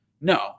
no